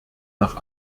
nach